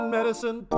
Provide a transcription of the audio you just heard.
Medicine